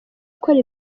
ukora